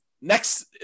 next